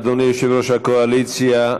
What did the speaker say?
אדוני יושב-ראש הקואליציה,